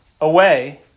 away